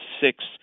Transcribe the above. six